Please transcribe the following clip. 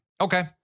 Okay